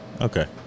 Okay